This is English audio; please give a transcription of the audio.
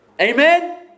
Amen